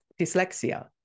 Dyslexia